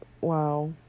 wow